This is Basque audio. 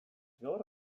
gaur